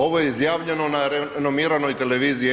Ovo je izjavljeno na renomiranoj televiziji N1.